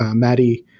um maddie,